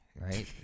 right